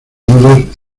nudos